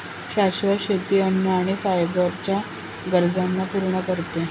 शाश्वत शेती अन्न आणि फायबर च्या गरजांना पूर्ण करते